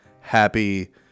Happy